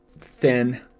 thin